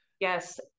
Yes